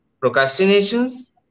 procrastinations